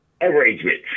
arrangements